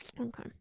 Okay